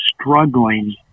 struggling